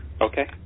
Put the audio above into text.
Okay